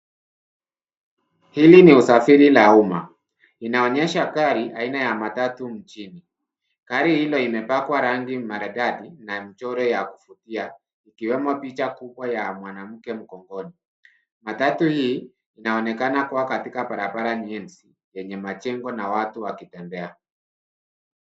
Hili ni usafiri la uma, linaonyesha gari ya matatu mjini. Gari hilo limepakwa rangi maridadi na mchoro ya kuvutia, ikiwemo picha kubwa ya mwanamke mgongoni. Matatu hii inaoenakana kuwa katika barabara njenzi, yenye majengo na watu wakitembea.